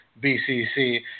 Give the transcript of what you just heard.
BCC